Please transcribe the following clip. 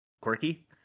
quirky